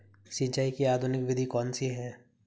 सिंचाई की आधुनिक विधि कौनसी हैं?